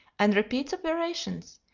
and repeats operations,